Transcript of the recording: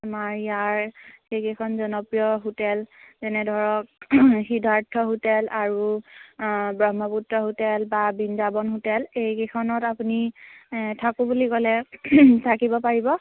আমাৰ ইয়াৰ সেইকেইখন জনপ্ৰিয় হোটেল যেনে ধৰক সিদ্ধাৰ্থ হোটেল আৰু ব্ৰহ্মপুত্ৰ হোটেল বা বৃন্দাবন হোটেল এইকেইখনত আপুনি থাকোঁ বুলি ক'লে থাকিব পাৰিব